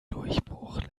durchbruch